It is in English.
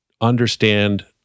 understand